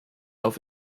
auf